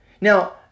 now